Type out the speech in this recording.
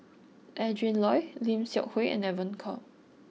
Adrin Loi Lim Seok Hui and Evon Kow